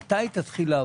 מתי תתחיל לעבוד?